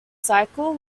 cycle